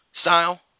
style